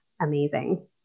amazing